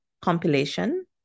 compilation